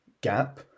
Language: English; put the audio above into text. gap